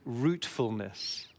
Rootfulness